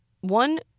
one